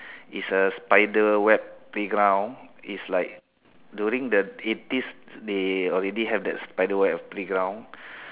it's a spiderweb playground it's like during the eighties they already have that spiderweb playground